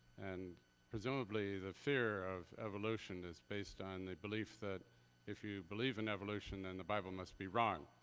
and presumably, the fear of evolution is based on the belief that if you believe in evolution, then the bible must be wrong.